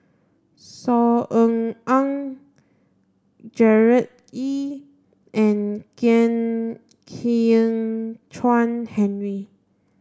Saw Ean Ang Gerard Ee and Kwek Hian Chuan Henry